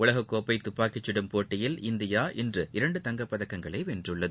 உலகக்கோப்பபதுப்பாக்கிச்சுடும் போட்டியில் இந்தியா இன்று இரண்டு தங்கப் பதக்கம் வென்றது